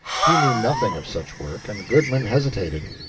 he knew nothing of such work, and goodman hesitated.